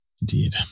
Indeed